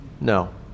No